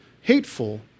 hateful